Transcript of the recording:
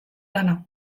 lana